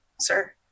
sir